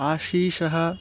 आशिषः